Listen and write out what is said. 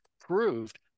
proved